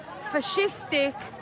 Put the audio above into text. fascistic